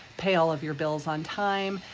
pay all of your bills on time,